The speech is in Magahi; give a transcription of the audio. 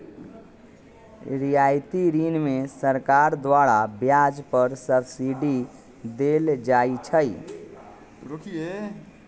रियायती ऋण में सरकार द्वारा ब्याज पर सब्सिडी देल जाइ छइ